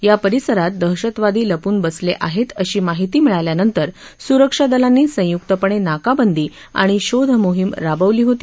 या परिसरात दहशतवादी लपून बसले आहेत अशी माहिती मिळाल्यानंतर सुरक्षा दलांनी संयुकपणे नाकाबंदी आणि शोधमोहीम राबवली होती